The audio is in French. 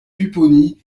pupponi